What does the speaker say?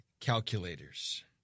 calculators